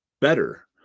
better